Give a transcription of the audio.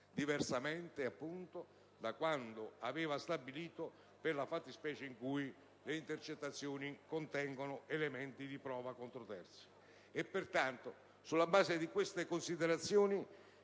(diversamente appunto da quanto ha stabilito per la fattispecie in cui le intercettazioni contengano elementi di prova contro terzi). Pertanto, sulla base di queste considerazioni,